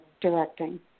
directing